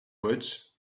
words